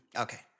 Okay